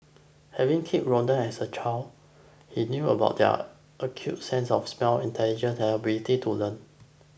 having kept rodents as a child he knew about their acute sense of smell intelligence and ability to learn